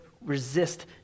resist